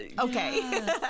okay